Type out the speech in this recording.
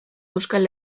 euskal